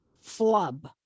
flub